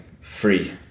free